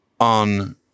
on